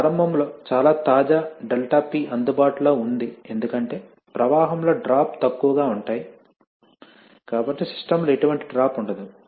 అప్పుడు ప్రారంభంలో చాలా తాజా ∆P అందుబాటులో ఉంది ఎందుకంటే ప్రవాహంలో డ్రాప్ తక్కువగా ఉంటాయి కాబట్టి సిస్టమ్ లో ఎటువంటి డ్రాప్ ఉండదు